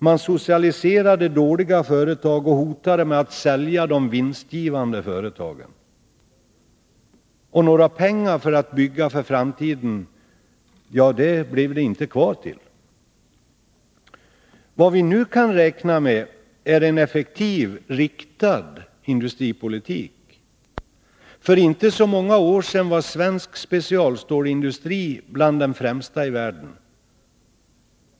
Man socialiserade dåliga företag och hotade med att sälja de vinstgivande företagen. Några pengar att bygga med för framtiden blev inte kvar. Vad vi nu kan räkna med är en effektiv riktad industripolitik. För inte så många år sedan var svensk specialstålsindustri bland de främsta i världen.